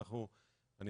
שוב,